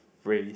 brave